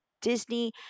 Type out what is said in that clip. Disney